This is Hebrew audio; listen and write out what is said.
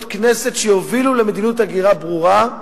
כנסת שיובילו למדיניות הגירה ברורה.